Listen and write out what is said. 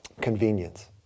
convenience